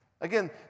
Again